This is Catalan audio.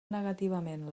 negativament